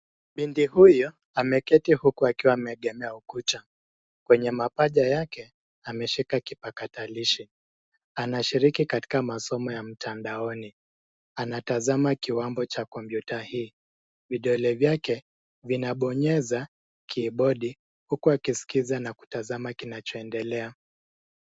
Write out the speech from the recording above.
Binti huyu ameketi huku akiwa ameegemea ukuta. Kwenye mapaja yake ameshika kipakatalishi. Anashiriki katika masomo ya mtandaoni. Anatazama kiwambo cha kompyuta hii. Vidole vyake vinabonyeza kibodi huku akisikiza na kutazama kinachoendelea.